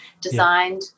designed